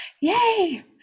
yay